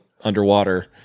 underwater